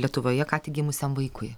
lietuvoje ką tik gimusiam vaikui